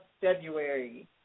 February